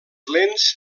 lents